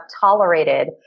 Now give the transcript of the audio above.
tolerated